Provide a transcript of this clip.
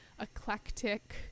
eclectic